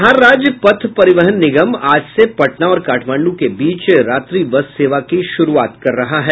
बिहार राज्य पथ परिवहन निगम आज से पटना और काठमांड् के बीच रात्रि बस सेवा की शुरूआत कर रहा है